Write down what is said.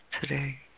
today